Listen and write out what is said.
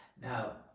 now